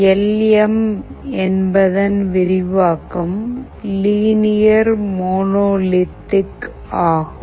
L M என்பதன் விரிவாக்கம் linear monolithic ஆகும்